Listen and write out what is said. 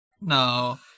No